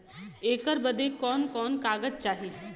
ऐकर बदे कवन कवन कागज चाही?